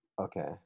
Okay